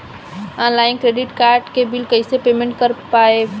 Online credit card के bill कइसे payment कर पाएम?